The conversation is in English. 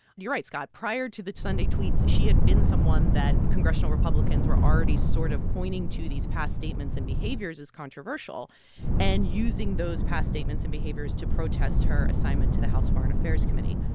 you're right, scott. prior to the sunday tweets, she had been someone that congressional republicans were already sort of pointing to these past statements and behaviors as controversial and using those past statements and behaviors to protest her assignment to the house foreign affairs committee.